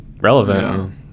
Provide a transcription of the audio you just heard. relevant